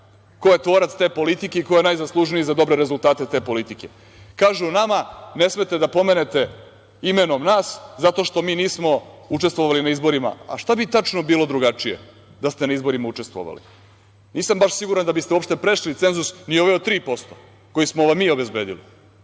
ko je tvorac te politike i ko je najzaslužniji za dobre rezultate te politike. Kažu nama, ne smete da pomenete imenom nas zato što mi nismo učestvovali na izborima. Šta bi tačno bilo drugačije da ste na izborima učestvovali? Nisam baš siguran da biste uopšte prešli cenzus ni ovaj od 3% koji smo vam mi obezbedili,